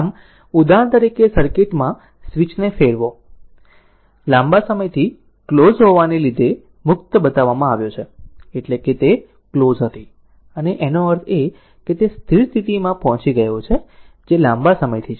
આમ ઉદાહરણ તરીકે સર્કિટ માં સ્વિચને ફેરવો લાંબા સમયથી ક્લોઝ હોવાને લીધે મુક્ત બતાવવામાં આવ્યો એટલે કે તે ક્લોઝ હતી અને આનો અર્થ એ કે તે સ્થિર સ્થિતિમાં પહોંચી ગયો છે જે લાંબા સમયથી છે